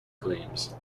claims